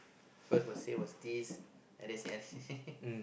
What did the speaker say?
first was said was this and then